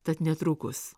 tad netrukus